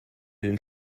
den